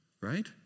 right